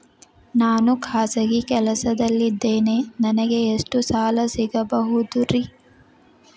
ನಾನು ಖಾಸಗಿ ಕೆಲಸದಲ್ಲಿದ್ದೇನೆ ನನಗೆ ಎಷ್ಟು ಸಾಲ ಸಿಗಬಹುದ್ರಿ?